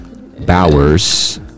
bowers